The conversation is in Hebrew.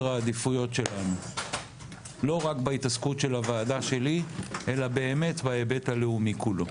העדיפויות שלנו לא רק בהתעסקות של הוועדה שלי אלא באמת בהיבט הלאומי כולו.